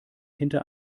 hinter